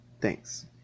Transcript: Thanks